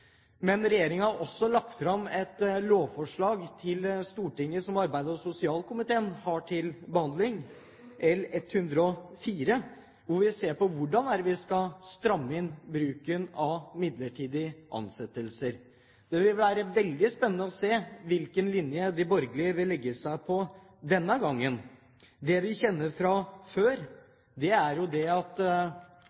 Men regjeringen har også lagt fram et lovforslag til Stortinget, Prop. 104 L for 2009–2010 som arbeids- og sosialkomiteen har til behandling, om hvordan vi skal stramme inn bruken av midlertidige ansettelser. Det vil bli veldig spennende å se hvilken linje de borgerlige vil legge seg på denne gangen. Det vi kjenner fra før,